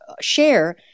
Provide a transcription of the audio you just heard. share